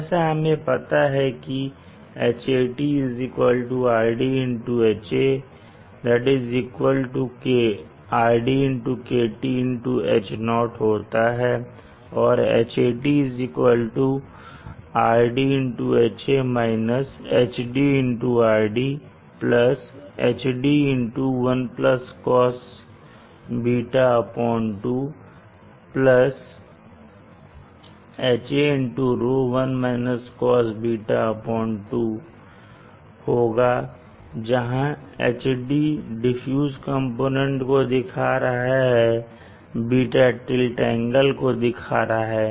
जैसा आपको पता है कि Hat RDHa RDKTH0 होता है और Hat Hd 1 Cosβ 2 Haρ 1 Cosβ 2 होगा जहां Hd डिफ्यूज कंपोनेंट को दिखा रहा है β टिल्ट एंगल को दिखा रहा है